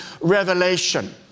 revelation